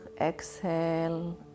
exhale